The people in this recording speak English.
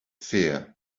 fear